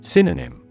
Synonym